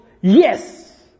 Yes